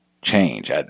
Change